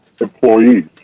employees